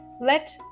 let